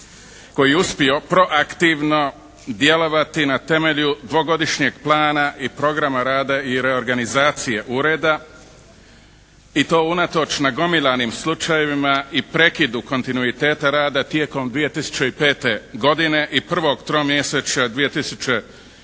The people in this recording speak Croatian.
koji je uspio proaktivno djelovati na temelju dvogodišnjeg plana i programa rada i reorganizacije Ureda i to unatoč nagomilanim slučajevima i prekidu kontinuiteta rada tijekom 2005. godine i prvog tromjesječja 2006.